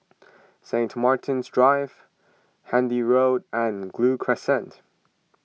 St Martin's Drive Handy Road and Gul Crescent